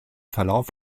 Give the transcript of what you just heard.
verlauf